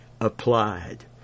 applied